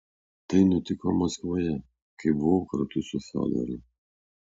tai nutiko maskvoje kai buvau kartu su fiodoru